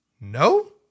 no